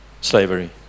slavery